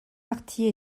partie